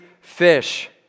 fish